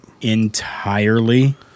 entirely